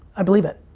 i believe it,